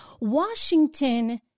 Washington